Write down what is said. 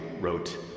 wrote